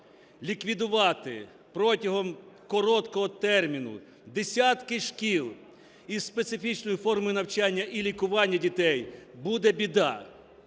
ліквідувати протягом короткого терміну десятки шкіл із специфічною формою навчання і лікування дітей, – буде біда.